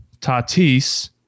Tatis